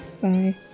Bye